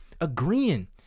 agreeing